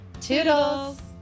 Toodles